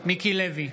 מיקי לוי,